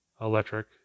electric